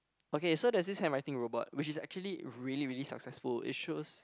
okay so there's this handwriting robot which is actually really really successful it shows